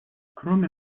кроме